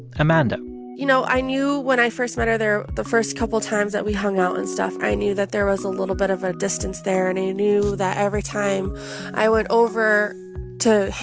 amanda you know, i knew when i first met her the first couple times that we hung out and stuff, i knew that there was a little bit of a distance there. and i knew that every time i went over to,